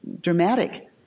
dramatic